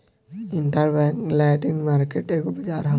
interbank lending market एगो बाजार ह